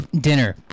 dinner